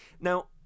Now